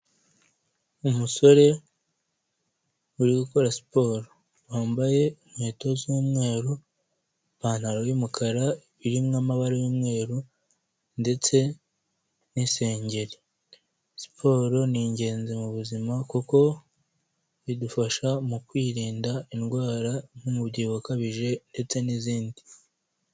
Umusore uri gukora siporo. Wambaye inkweto z'umweru, ipantaro y'umukara irimo amabara y'mweru ndetse n'isengeri. Siporo ni ingenzi mu buzima kuko bidufasha mu kwirinda indwara nk'umubyibuho ukabije ndetse n'izindi.